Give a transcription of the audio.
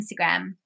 Instagram